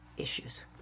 issues